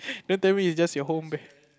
don't tell me it's just your home man